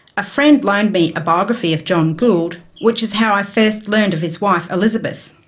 a friend loaned me a biography of john gould, which is how i first learned of his wife, elizabeth.